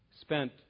spent